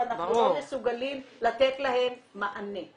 ואנחנו לא מסוגלים לתת להן מענה.